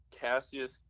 Cassius